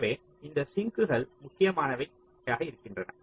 எனவே அந்த சிங்குகள் முக்கியமானவையாக இருக்கின்றன